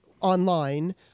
online